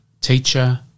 teacher